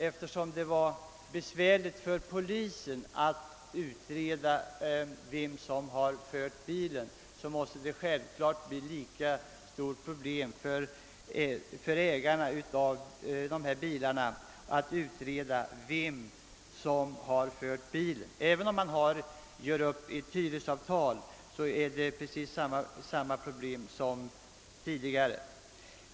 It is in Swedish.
Eftersom det varit besvärligt för polisen att utreda vem som fört bilen, måste vi ha klart för oss att detta kommer att bli lika svårt för ägarna av dessa bilar; även om man gör upp ett hyresavtal kommer det att föreligga samma problem som tidigare.